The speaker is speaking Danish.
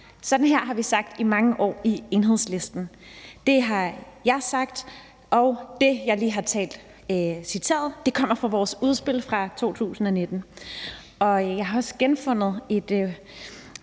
Sådan her har vi sagt i mange år i Enhedslisten. Det har jeg også sagt, og det, jeg lige har citeret, kommer fra vores udspil fra 2019. Jeg har også genfundet et